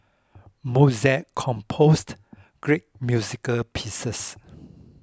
Mozart composed great musical pieces